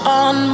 on